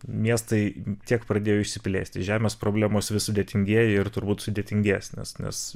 miestai tiek pradėjo išsiplėsti žemės problemos vis sudėtingėja ir turbūt sudėtingės nes nes